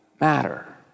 matter